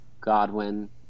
Godwin